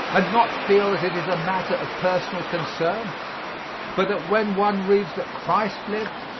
and not feel that it is a matter of personal concern but that when one reads that christ lived,